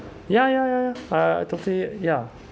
ya ya ya ya uh totally ya